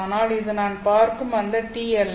ஆனால் இது நான் பார்க்கும் இந்த T அல்ல